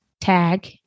tag